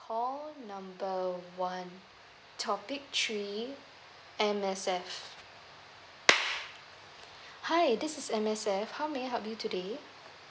call number one topic three M_S_F hi this is M_S_F how may I help you today